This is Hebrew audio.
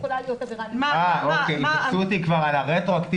כלומר אם תפסו אותי כבר על הרטרואקטיבי,